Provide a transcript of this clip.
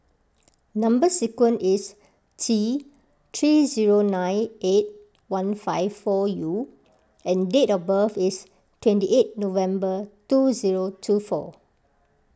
Number Sequence is T three zero nine eight one five four U and date of birth is twenty eight November two zero two four